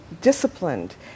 disciplined